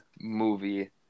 movie